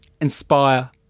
inspire